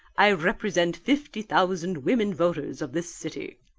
i represent fifty thousand women voters of this city